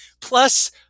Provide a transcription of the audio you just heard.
plus